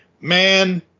man